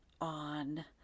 on